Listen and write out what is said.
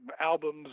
albums